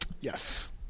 Yes